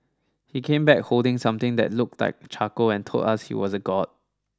he came back holding something that looked like a charcoal and told us he was a god